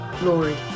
Lord